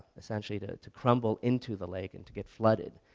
essentially to to crumble into the lake and to get flooded.